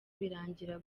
birangira